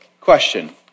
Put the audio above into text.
question